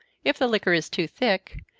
if the liquor is too thick,